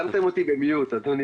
אנשי